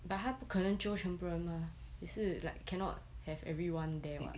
but 他不可能 jio 全部人 mah 也是 cannot have everyone there [what]